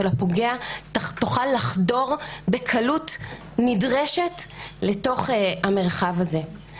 של הפוגע תוכל לחדור בקלות נדרשת לתוך המרחב הזה.